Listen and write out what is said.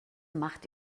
macht